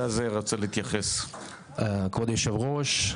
כבוד היושב-ראש,